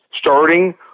starting